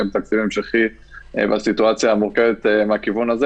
בתקציב המשכי והסיטואציה מורכבת מהכיוון הזה,